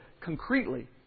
concretely